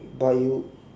but you